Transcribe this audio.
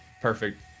Perfect